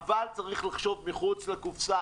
אבל צריך לחשוב מחוץ לקופסה,